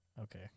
Okay